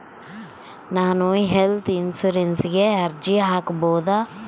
ನಾನು ಹೆಲ್ತ್ ಇನ್ಶೂರೆನ್ಸಿಗೆ ಅರ್ಜಿ ಹಾಕಬಹುದಾ?